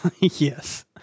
Yes